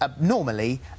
normally